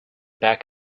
back